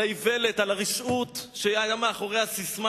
על האיוולת, על הרשעות, שהיתה מאחורי הססמה